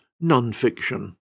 Non-Fiction